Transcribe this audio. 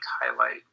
highlight